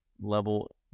level